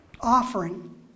offering